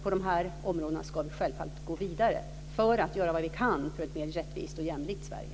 Vi ska självfallet gå vidare på de här områdena för att göra vad vi kan för ett mer rättvist och jämlikt Sverige.